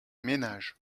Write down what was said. ménages